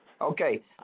Okay